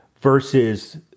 versus